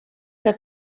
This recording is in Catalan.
que